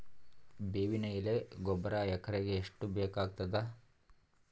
ಬೇವಿನ ಎಲೆ ಗೊಬರಾ ಎಕರೆಗ್ ಎಷ್ಟು ಬೇಕಗತಾದ?